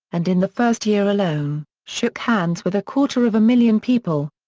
and in the first year alone, shook hands with a quarter of a million people.